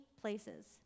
places